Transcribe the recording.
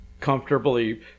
comfortably